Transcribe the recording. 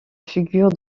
figure